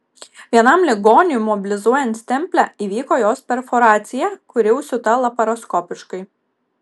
vienam ligoniui mobilizuojant stemplę įvyko jos perforacija kuri užsiūta laparoskopiškai